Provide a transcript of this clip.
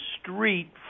street